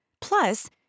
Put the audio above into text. Plus